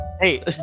Hey